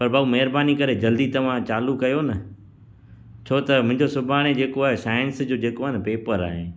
पर भाऊ महिरबानी करे जल्दी तव्हां चालू कयो न छो त मुंहिंजो सुभाणे जेको आहे साइंस जो जेको आहे न पेपर आहे